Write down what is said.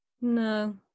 No